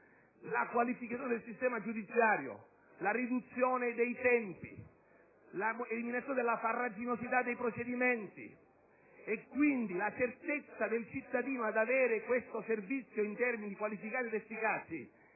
la riqualificazione del sistema giudiziario, la riduzione dei tempi e l'eliminazione della farraginosità dei procedimenti, e quindi la certezza per il cittadino di avere questo servizio in termini qualificati ed efficaci,